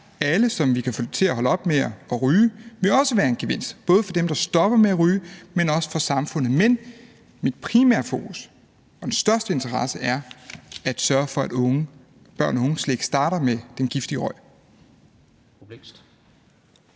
kan få til at holde op med at ryge, vil være en gevinst, både for dem, der stopper med at ryge, og også for samfundet. Men det primære fokus og den største interesse er at sørge for, at børn og unge slet ikke starter med den giftige røg.